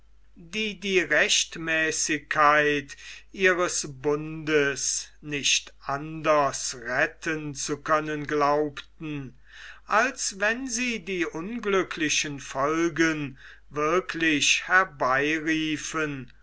die rechtmäßigkeit ihres bundes nicht anders retten zu können glaubten als wenn sie die unglücklichen folgen wirklich herbeiriefen